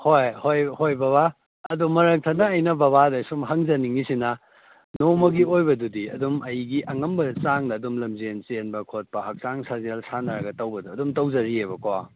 ꯍꯣꯏ ꯍꯣꯏ ꯍꯣꯏ ꯕꯕꯥ ꯑꯗꯣ ꯃꯔꯛ ꯊꯠꯅ ꯑꯩ ꯕꯕꯥꯗ ꯁꯨꯝ ꯍꯪꯖꯅꯤꯡꯉꯤꯁꯤꯅ ꯅꯣꯡꯃꯒꯤ ꯑꯣꯏꯕꯗꯨꯗꯤ ꯑꯗꯨꯝ ꯑꯩꯒꯤ ꯑꯉꯝꯕ ꯆꯥꯡꯗ ꯑꯗꯨꯝ ꯂꯝꯖꯦꯟ ꯆꯦꯟꯕ ꯈꯣꯠꯄ ꯍꯛꯆꯥꯡ ꯁꯥꯖꯦꯜ ꯁꯥꯟꯅꯔꯒ ꯇꯧꯕꯗꯣ ꯑꯗꯨꯝ ꯇꯧꯖꯔꯤꯌꯦꯕꯀꯣ